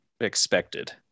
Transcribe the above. expected